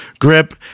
Grip